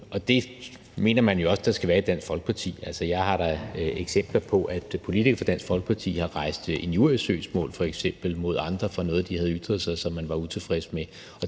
det mener man også i Dansk Folkeparti der skal være. Jeg har da eksempler på, at politikere fra Dansk Folkeparti f.eks. har rejst injuriesøgsmål mod andre for noget, de havde ytret sig om, og som man var utilfreds med.